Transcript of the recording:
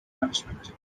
punishment